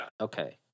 Okay